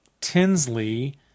Tinsley